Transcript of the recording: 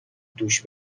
دوش